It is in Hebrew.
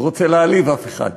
לא רוצה להעליב אף אחד.